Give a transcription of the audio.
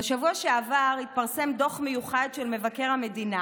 בשבוע שעבר התפרסם דוח מיוחד של מבקר המדינה